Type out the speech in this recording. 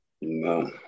No